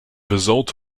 result